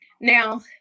Now